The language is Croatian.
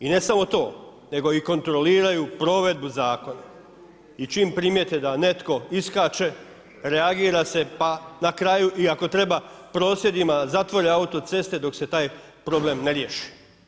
I ne samo to, nego i kontroliraju provedbu zakona i čim primijete da netko iskače, reagira se pa na kraju i ako treba prosvjedima, zatvore autoceste dok se taj problem ne riješi.